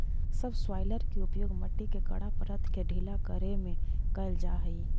subsoiler के उपयोग मट्टी के कड़ा परत के ढीला करे में कैल जा हई